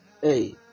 hey